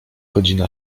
godzina